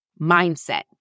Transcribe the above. mindset